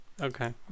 Okay